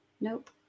Nope